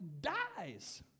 dies